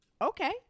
Okay